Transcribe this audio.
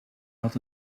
had